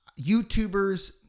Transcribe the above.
YouTubers